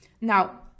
Now